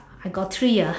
I got three ah